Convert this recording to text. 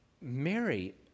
Mary